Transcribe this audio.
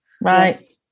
Right